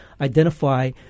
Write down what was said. identify